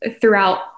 throughout